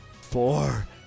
Four